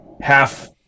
half